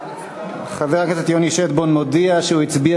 חבר הכנסת יוני שטבון מודיע שהוא הצביע